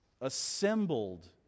assembled